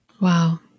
Wow